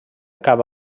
cap